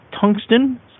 tungsten